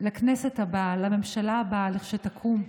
לכנסת הבאה, לממשלה הבאה, כשתקום,